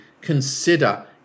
consider